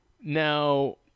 Now